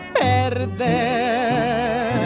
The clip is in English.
perder